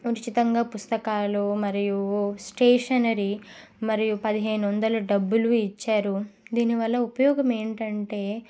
ఉచితంగా పుస్తకాలు మరియు స్టేషనరీ మరియు పదిహేను వందల డబ్బులు ఇచ్చారు దీని వల్ల ఉపయోగం ఏంటంటే